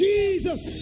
Jesus